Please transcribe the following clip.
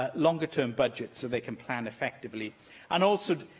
ah longer term budgets, so they can plan effectively and also